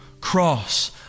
cross